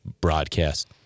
broadcast